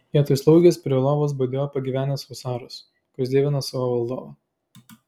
vietoj slaugės prie jo lovos budėjo pagyvenęs husaras kuris dievino savo valdovą